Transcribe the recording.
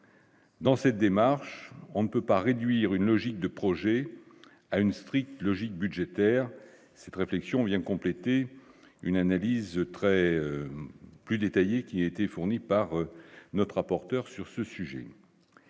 Dans cette démarche, on ne peut pas réduire une logique de projet à une stricte logique budgétaire cette réflexion vient compléter une analyse très plus détaillée qui été fournies par notre rapporteur sur ce sujet,